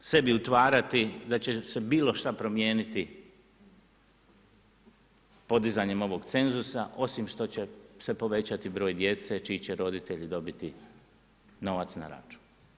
I nemojmo sebi utvarati da će se bilo šta promijeniti podizanjem ovog cenzusa, osim što će se povećati broj djece čiji će roditelji dobiti novac na račun.